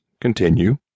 Continue